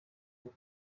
kuko